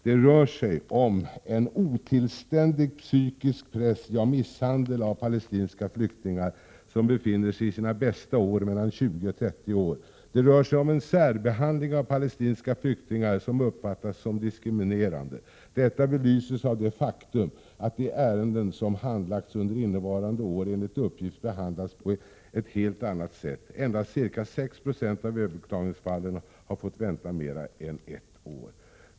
Det rör sig om en otillständig psykisk press och misshandel av palestinska flyktingar, som befinner sig i sina bästa år — mellan 20 och 30 år. Det rör sig om en särbehandling av palestinska flyktingar som uppfattas som diskriminerande. Detta belyses av det faktum att de ärenden som handlagts under innevarande år enligt uppgift behandlats på ett helt annat sätt. Endast ca 6 90 av överklagningsfallen har fått vänta mer än ett år.